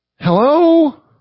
hello